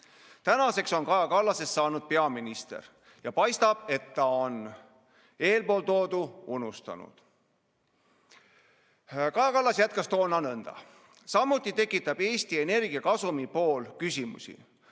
Tänaseks on Kaja Kallasest saanud peaminister ja paistab, et ta on eespool toodu unustanud. Kaja Kallas jätkas toona nõnda: "Samuti tekitab Eesti Energia kasumi pool küsimusi